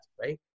right